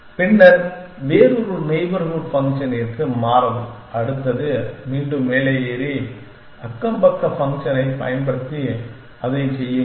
பின்னர் வேறொரு நெய்பர்ஹூட் ஃபங்க்ஷனிற்கு மாறவும் அடுத்தது மீண்டும் மேலே ஏறி நெய்பர்ஹூட் ஃபங்க்ஷனைப் பயன்படுத்தி அதைச் செய்யுங்கள்